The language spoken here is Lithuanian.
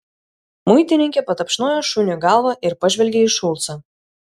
muitininkė patapšnojo šuniui galvą ir pažvelgė į šulcą